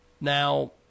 now